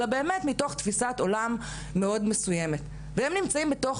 אלא מתוך תפיסת עולם מסוימת מאוד והם נמצאים בתוך